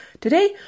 Today